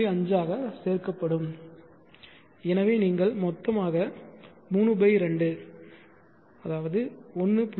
5 ஆக சேர்க்கப்படும் எனவே நீங்கள் மொத்தம் 32 1